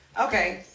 Okay